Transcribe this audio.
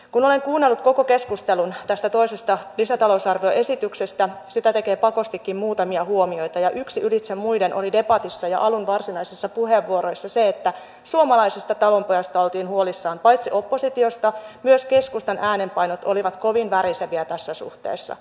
kun olen kuunnellut koko keskustelun tästä toisesta lisätalousarvioesityksestä sitä tekee pakostikin muutamia huomioita ja yksi ylitse muiden oli debatissa ja alun varsinaisissa puheenvuoroissa se että paitsi että suomalaisesta talonpojasta oltiin huolissaan oppositiosta myös keskustan äänenpainot olivat kovin väriseviä tässä suhteessa